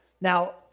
Now